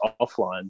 offline